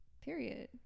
period